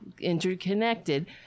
interconnected